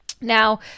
now